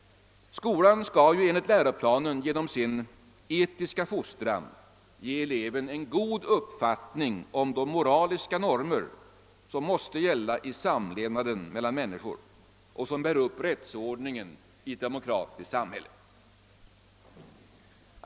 Skolan skall ju enligt läroplanen genom sin etiska fostran ge eleven en god uppfattning om de moraliska normer som måste gälla i samlevnaden mellan människor och som bär upp rättsordningen i ett demokratiskt samhälle.